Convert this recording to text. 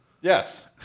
Yes